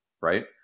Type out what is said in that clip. right